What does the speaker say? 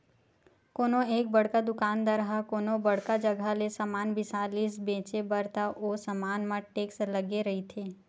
कोनो एक बड़का दुकानदार ह कोनो बड़का जघा ले समान बिसा लिस बेंचे बर त ओ समान म टेक्स लगे रहिथे